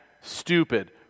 stupid